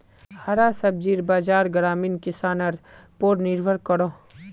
हरा सब्जिर बाज़ार ग्रामीण किसनर पोर निर्भर करोह